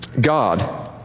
God